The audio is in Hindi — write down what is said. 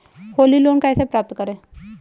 होली लोन को कैसे प्राप्त करें?